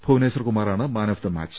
ഭുവനേശ്വർ കുമാറാണ് man of the match